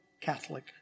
Catholic